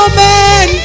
man